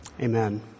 Amen